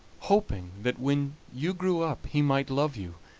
hoping that when you grew up he might love you,